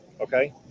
Okay